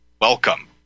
welcome